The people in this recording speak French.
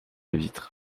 vitre